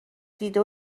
دیده